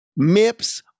MIPS